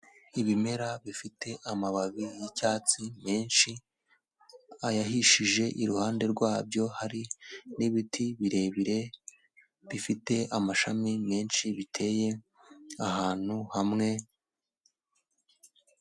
Ibimera bifite amababi y'icyatsi menshi, ayahishije iruhande rwabyo, hari n'ibiti birebire bifite amashami menshi biteye ahantu hamwe.